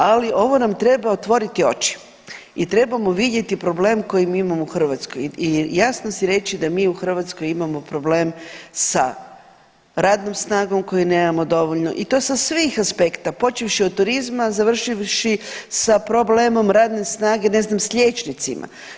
Ali ovo nam treba otvoriti oči i trebamo vidjeti problem koji mi imamo u Hrvatskoj i jasno si reći da mi u Hrvatskoj imamo problem sa radnom snagom koje nemamo dovoljno i to sa svih aspekta počevši od turizma završivši sa problemom radne snage ne znam sa liječnicima.